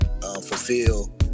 fulfill